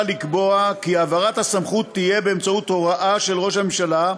לקבוע כי העברת הסמכות תהיה באמצעות הוראה של ראש הממשלה,